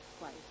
place